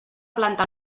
planta